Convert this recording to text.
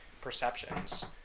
perceptions